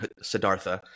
Siddhartha